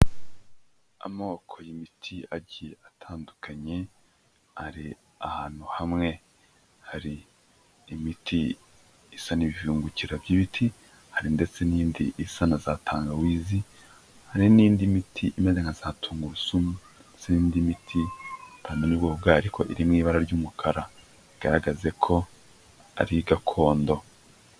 Amoko y'imiti agiye atandukanye ari ahantu hamwe hari imiti isa n'ibivungukira by'ibiti hari ndetse n'indi isa na za tangawizi, hari n'indi miti imeze nkaza tungurusumu ndetse n'indi miti utamenya ubwoko bwayo ariko iririmo ibara ry'umukara igaraga ko ari gakondo.